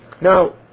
Now